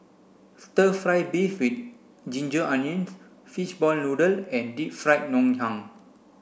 stir fry beef with ginger onions fishball noodle and Deep Fried Ngoh Hiang